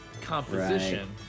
composition